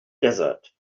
desert